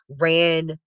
ran